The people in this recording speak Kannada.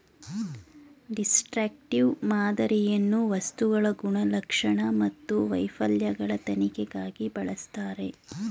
ಡಿಸ್ಟ್ರಕ್ಟಿವ್ ಮಾದರಿಯನ್ನು ವಸ್ತುಗಳ ಗುಣಲಕ್ಷಣ ಮತ್ತು ವೈಫಲ್ಯಗಳ ತನಿಖೆಗಾಗಿ ಬಳಸ್ತರೆ